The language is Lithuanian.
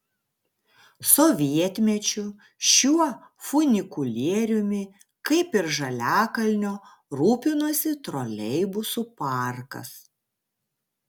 sovietmečiu šiuo funikulieriumi kaip ir žaliakalnio rūpinosi troleibusų parkas